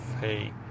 hey